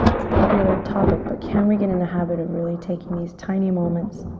it's a popular topic, but can we get in the habit of really taking these tiny moments